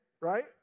Right